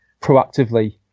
proactively